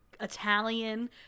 Italian